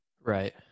Right